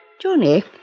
Johnny